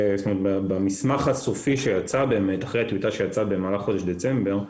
במסמך הסופי שיצא אחרי הטיוטה שיצאה במהלך חודש דצמבר,